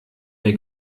mir